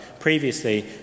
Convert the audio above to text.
previously